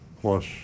plus